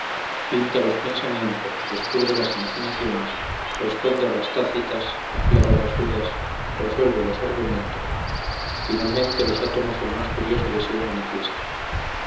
pinta los pensamientos descubre las imaginaciones responde a las tácitas aclara las dudas resuelve los argumentos finalmente los átomos del más curioso deseo manifiesta